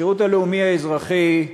השירות הלאומי האזרחי,